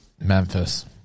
Memphis